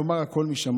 לומר: הכול משמיים,